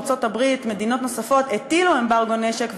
ארצות-הברית ומדינות נוספות הטילו אמברגו נשק,